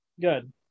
good